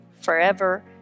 forever